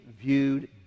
viewed